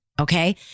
Okay